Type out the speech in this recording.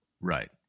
Right